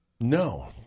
No